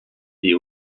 des